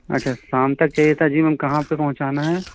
अच्छा शाम तक चाहिए था जी मैम कहाँ पर पहुँचाना है